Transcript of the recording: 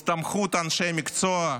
הסתמכות אנשי מקצוע,